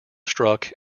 struck